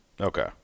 Okay